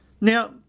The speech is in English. Now